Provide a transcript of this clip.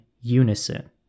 unison